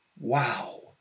Wow